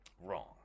wrong